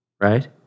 right